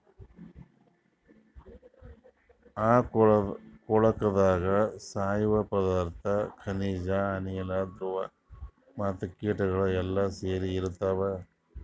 ಆ ಕೊಳುಕದಾಗ್ ಸಾವಯವ ಪದಾರ್ಥ, ಖನಿಜ, ಅನಿಲ, ದ್ರವ ಮತ್ತ ಕೀಟಗೊಳ್ ಎಲ್ಲಾ ಸೇರಿಸಿ ಇರ್ತಾವ್